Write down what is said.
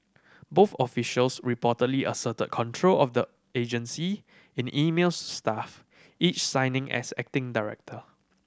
both officials reportedly asserted control of the agency in emails to staff each signing as acting director